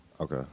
Okay